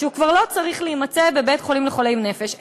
שהוא כבר לא צריך להימצא בבית-חולים לחולי נפש,